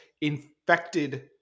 infected